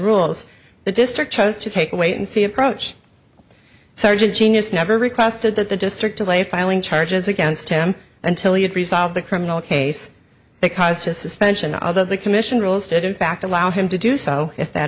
rules the district chose to take a wait and see approach sergeant genius never requested that the district lay filing charges against him until he could resolve the criminal case they caused a suspension although the commission rules did in fact allow him to do so if that